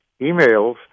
emails